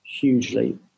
hugely